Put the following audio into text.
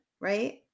right